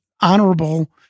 honorable